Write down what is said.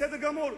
בסדר גמור.